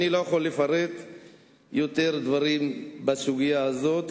אני לא יכול לפרט יותר דברים בסוגיה הזאת,